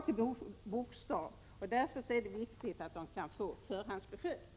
Därför är det viktigt att de kan få förhandsbesked.